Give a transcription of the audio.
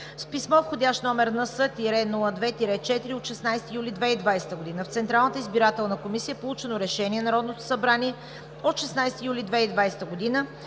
С писмо с входящ № НС-02-4 от 16 юли 2020 г. в Централната избирателна комисия е получено Решение на Народното събрание от 16 юли 2020 г.,